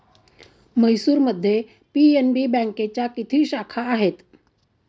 म्हैसूरमध्ये पी.एन.बी बँकेच्या किती शाखा आहेत?